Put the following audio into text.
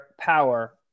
power